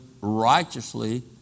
righteously